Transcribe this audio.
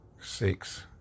six